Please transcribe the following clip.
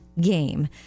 game